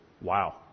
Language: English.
Wow